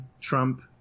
Trump